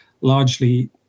largely